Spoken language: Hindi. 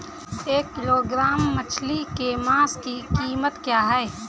एक किलोग्राम मछली के मांस की कीमत क्या है?